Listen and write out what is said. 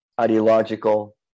ideological